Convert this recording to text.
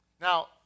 Now